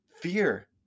Fear